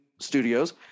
studios